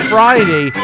Friday